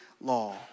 law